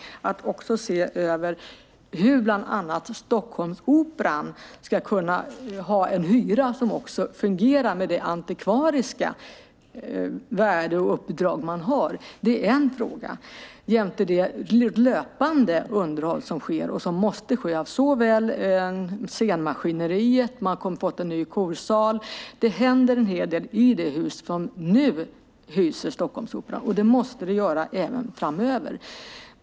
Det handlar om att också se över hur bland annat Stockholmsoperan ska kunna ha en hyra som fungerar med det antikvariska värde och uppdrag man har. Det är en fråga jämte det löpande underhåll som sker och som måste ske av bland annat scenmaskineriet. Man har fått en ny korsal. Det händer en hel del i det hus som nu hyser Stockholmsoperan, och det måste det göra även framöver.